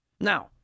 Now